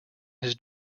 his